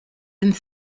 and